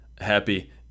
Happy